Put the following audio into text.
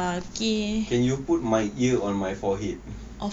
can you put my ear on my forehead